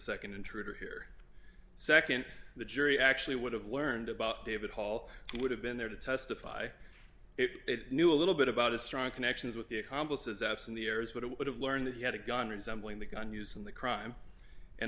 the nd intruder here nd the jury actually would have learned about david hall would have been there to testify it knew a little bit about a strong connections with the accomplices apps in the areas but it would have learned that he had a gun resembling the gun used in the crime and